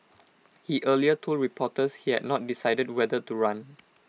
he earlier told reporters he had not decided whether to run